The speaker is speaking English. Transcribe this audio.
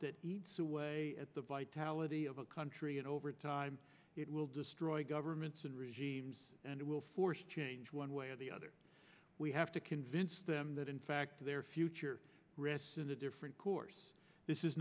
that eats away at the vitality of a country and over time it will destroy governments and regimes and it will force change one way or the other we have to convince them that in fact their future rests in a different course this is